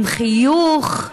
עם חיוך.